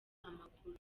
amakuru